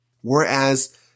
Whereas